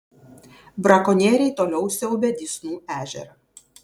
brakonieriai toliau siaubia dysnų ežerą